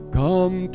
come